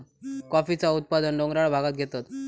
कॉफीचा उत्पादन डोंगराळ भागांत घेतत